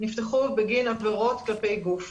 נפתחו בגין עבירות נגד גוף.